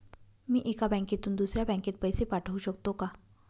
मी एका बँकेतून दुसऱ्या बँकेत पैसे पाठवू शकतो का?